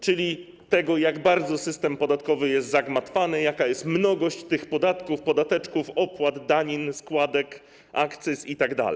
Chodzi o to, jak bardzo system podatkowy jest zagmatwany, jaka jest mnogość podatków, podateczków, opłat, danin, składek, akcyz, itd.